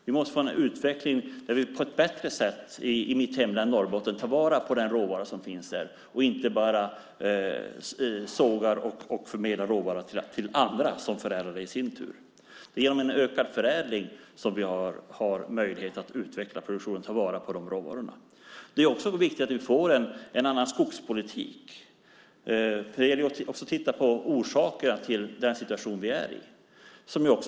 Vi måste få en utveckling där vi på ett bättre sätt i mitt hemlän Norrbotten tar vara på den råvara som finns där och inte bara sågar och förmedlar råvara till andra som förädlar det i sin tur. Det är genom en ökad förädling som vi har möjlighet att utveckla produktionen och ta vara på de råvarorna. Det är också viktigt att vi får en annan skogspolitik, och det gäller att titta på orsakerna till den situationen som vi befinner oss i.